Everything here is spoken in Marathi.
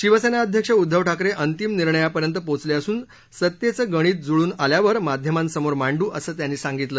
शिवसेना अध्यक्ष उदधव ठाकरे अंतिम निर्णयापर्यंत पोचले असून सतेचं गणित जुळून आल्यावर माध्यमांसमोर मांडू असं त्यांनी सांगितलं